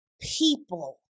people